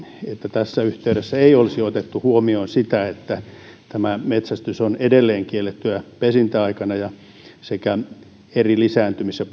että tässä yhteydessä ei olisi otettu huomioon sitä että metsästys on edelleen kiellettyä pesintäaikana sekä eri lisääntymis ja